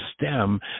stem